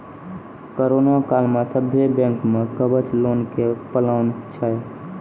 corona काल मे सभ्भे बैंक मे कवच लोन के प्लान छै